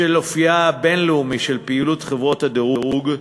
בשל אופייה הבין-לאומי של פעילות חברות הדירוג,